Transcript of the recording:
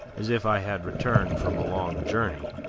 as if i had returned from a long journey.